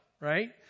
Right